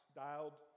dialed